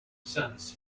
sons